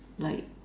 like